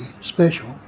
special